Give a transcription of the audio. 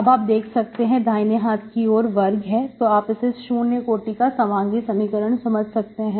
अब आप देख सकते हैं दाहिने हाथ की ओर वर्ग है तो इसे अब आप शून्य कोटि का समांगी समीकरण समझ सकते हैं